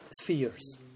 spheres